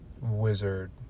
wizard